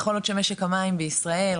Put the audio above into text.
יכול להיות שמשק המים בישראל,